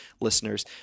listeners